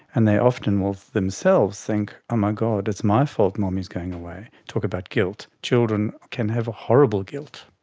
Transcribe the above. and they often will themselves think, oh my god, it's my fault mummy is going away. talk about guilt. children can have horrible guilt.